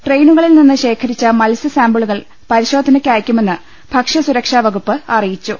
ട്രെയിനുകളിൽ നിന്ന് ശേഖരിച്ച മത്സ്യ സാമ്പിളുകൾ പരിശോധനക്ക് അയക്കുമെന്ന് ഭക്ഷ്യ സുരക്ഷാ വകുപ്പ് അറിയിച്ചു